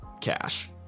Cash